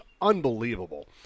unbelievable